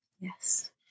Yes